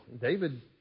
David